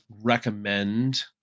recommend